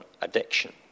addiction